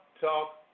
Talk